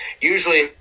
Usually